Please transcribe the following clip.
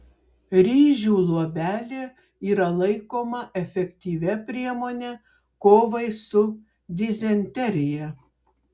ryžių luobelė yra laikoma efektyvia priemone kovai su dizenterija